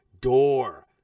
door